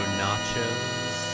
nachos